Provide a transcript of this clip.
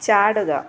ചാടുക